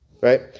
Right